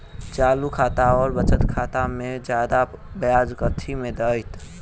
चालू खाता आओर बचत खातामे जियादा ब्याज कथी मे दैत?